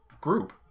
group